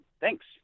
thanks